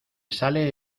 sale